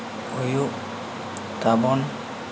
ᱦᱩᱭᱩᱜ ᱛᱟᱵᱚᱱ